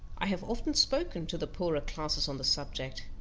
i have often spoken to the poorer classes on the subject.